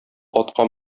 атка